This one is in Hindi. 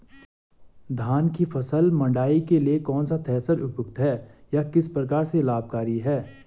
धान की फसल मड़ाई के लिए कौन सा थ्रेशर उपयुक्त है यह किस प्रकार से लाभकारी है?